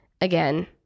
Again